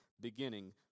beginning